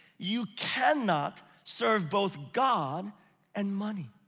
you can not serve both god and money.